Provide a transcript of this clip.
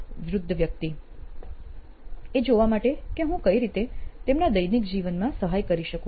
એક વૃદ્ધ વ્યક્તિ એ જોવા માટે કે હું કઈ રીતે તેમને દૈનિક જીવનમાં સહાય કરી શકું